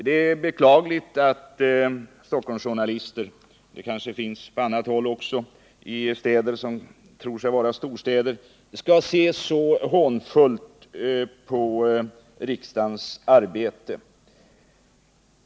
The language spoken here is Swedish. Det är beklagligt att Stockholmsjournalister — det gäller kanske också journalister i andra städer som tror sig vara storstäder — skall se så hånfullt på riksdagens arbete.